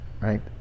right